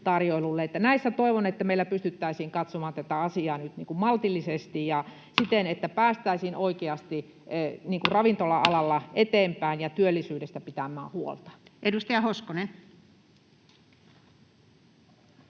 välillä. Toivon, että näissä meillä pystyttäisiin katsomaan tätä asiaa nyt maltillisesti ja siten, että päästäisiin oikeasti ravintola-alalla eteenpäin ja työllisyydestä pitämään huolta. [Speech